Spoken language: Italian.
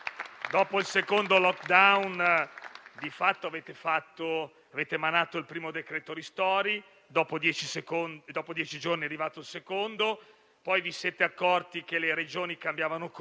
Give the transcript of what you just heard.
a testimonianza del fatto che non si può pensare di andare avanti a tentoni, come fa il Governo, per risolvere davvero i problemi delle tante attività e dei tanti cittadini che hanno sofferto per questa pandemia.